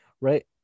Right